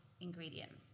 ingredients